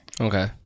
okay